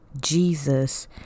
Jesus